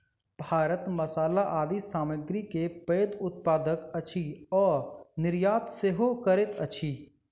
भारत मसाला आदि सामग्री के पैघ उत्पादक अछि आ निर्यात सेहो करैत अछि